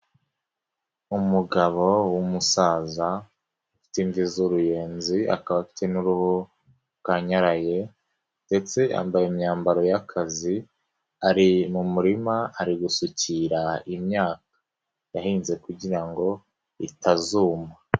Umugabo w'umusaza inshuti imvi z'uruyenzi, akaba afite n'uruhu rukanyaraye ndetse yambaye imyambaro y'akazi, ari mu murima ari gusukira imyaka yahinze kugira itazuma.